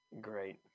Great